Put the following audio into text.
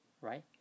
Right